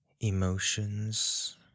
emotions